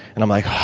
and i'm like,